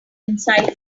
inside